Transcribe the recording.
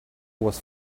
was